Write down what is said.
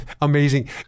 amazing